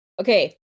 okay